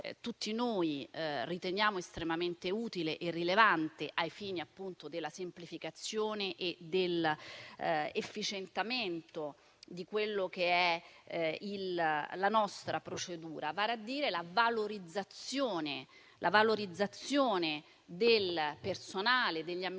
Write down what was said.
tutti noi riteniamo estremamente utile e rilevante ai fini della semplificazione e dell'efficientamento della nostra procedura. Mi riferisco cioè alla valorizzazione del personale, degli amministrativi